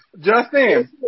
Justin